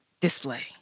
Display